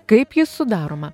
kaip ji sudaroma